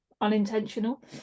unintentional